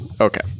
Okay